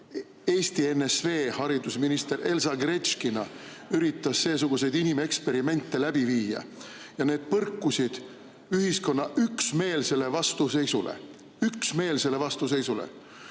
Eesti NSV haridusminister Elsa Gretškina üritas seesuguseid inimeksperimente läbi viia ja need põrkusid ühiskonna üksmeelsele vastuseisule. Üksmeelsele vastuseisule!